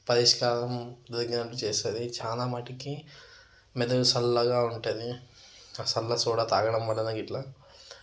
పరిష్కారం దొరికినట్లు చేస్తుంది చాలా మటుకి మెదడు చల్లగా ఉంటుంది చల్ల సోడా తాగడం వలన గిట్ల